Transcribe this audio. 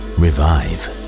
revive